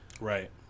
Right